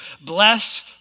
bless